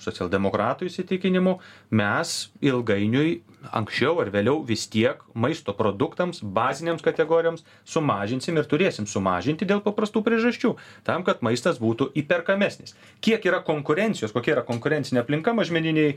socialdemokratų įsitikinimu mes ilgainiui anksčiau ar vėliau vis tiek maisto produktams bazinėms kategorijoms sumažinsim ir turėsim sumažinti dėl paprastų priežasčių tam kad maistas būtų įperkamesnis kiek yra konkurencijos kokia yra konkurencinė aplinka mažmeninėj